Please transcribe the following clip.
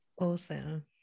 Awesome